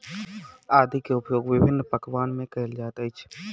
आदी के उपयोग विभिन्न पकवान में कएल जाइत अछि